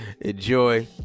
enjoy